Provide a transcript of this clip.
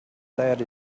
that